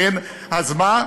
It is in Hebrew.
אז מה?